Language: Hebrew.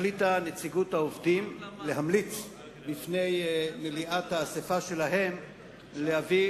החליטה נציגות העובדים להמליץ בפני מליאת האספה שלהם להביא